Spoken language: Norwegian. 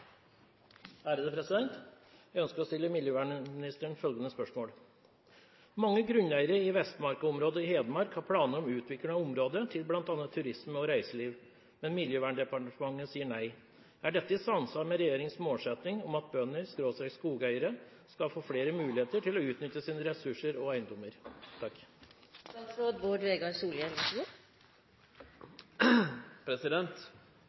er bortreist. Jeg ønsker å stille miljøvernministeren følgende spørsmål: «Mange grunneiere i Vestmarken-området i Hedmark har planer om utvikling av området til bl.a. turisme og reiseliv, men Miljøverndepartementet sier nei. Er dette i samsvar med regjeringens målsetting om at bønder/skogeiere skal få flere muligheter til å utnytte sine ressurser og eiendommer?»